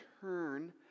turn